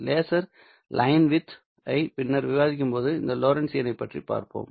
லேசரின் லைன்வித் ஐ பின்னர் விவாதிக்கும்போது இந்த லோரென்ட்ஜியனைப் பார்ப்போம்